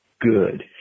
good